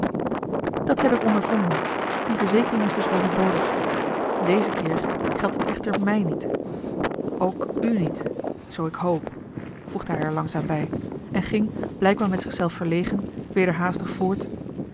dat heb ik ondervonden die verzekering is dus overbodig dezen keer geldt het echter mij niet ook u niet zoo ik hoop voegde hij er langzaam bij en ging blijkbaar met zich zelf verlegen weder haastig voort